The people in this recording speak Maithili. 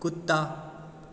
कुत्ता